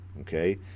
Okay